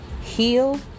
Heal